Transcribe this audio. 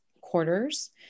quarters